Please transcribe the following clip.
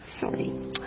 Sorry